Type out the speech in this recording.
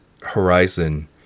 horizon